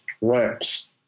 works